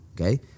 okay